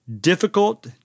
difficult